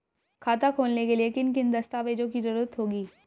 खाता खोलने के लिए किन किन दस्तावेजों की जरूरत होगी?